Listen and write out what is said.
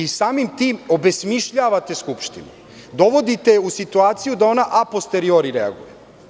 Samim tim obesmišljavate Skupštinu, dovodite je u situaciju da ona a posteriori reaguje.